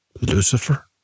LUCIFER